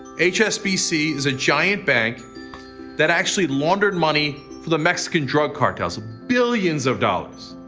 hsbc is a giant bank that actually laundered money for the mexican drug cartels. billions of dollars!